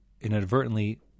inadvertently